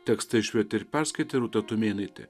tekstą išvertė ir perskaitė rūta tumėnaitė